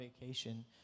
vacation